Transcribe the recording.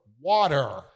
water